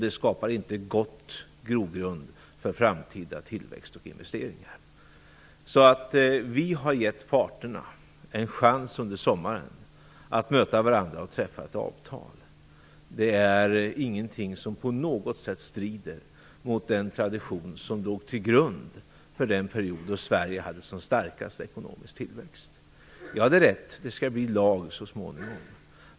Det skapar ingen god grogrund för framtida tillväxt och investeringar. Vi har gett parterna en chans att under sommaren möta varandra och träffa ett avtal. Det är ingenting som på något sätt strider mot den tradition som låg till grund för den period då Sverige hade som starkast ekonomisk tillväxt. Det är rätt att det skall bli en lag så småningom.